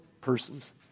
persons